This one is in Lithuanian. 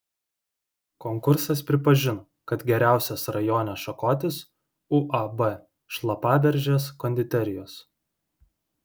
konkursas pripažino kad geriausias rajone šakotis uab šlapaberžės konditerijos